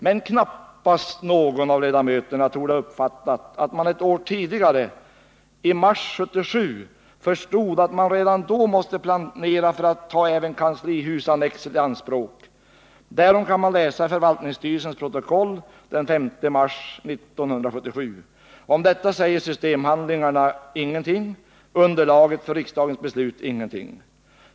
Men knappast någon av ledamöterna torde ha uppfattat att man redan ett år tidigare, i mars 1977, förstod att man måste planera för att ta även kanslihusannexet i anspråk. Därom kan man läsa i förvaltningsstyrelsens protokoll av den 5 mars 1977. Om detta säger systemhandlingarna, underlaget för riksdagens beslut, ingenting.